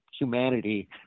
humanity